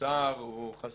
שהשר חס